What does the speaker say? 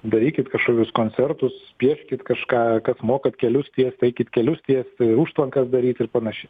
darykit kažkokius koncertus pieškit kažką kas mokat kelius tiest eikit kelius tiest užtvankas daryt ir panašiai